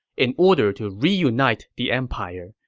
in order to reunite the empire,